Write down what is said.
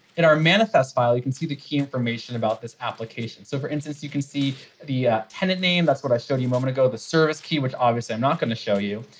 in our manifest file, you can see the key information about this application. so for instance, you can see the tenant name, that's what i showed you a moment ago, the service key, which obviously i'm not going to show you.